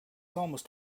almost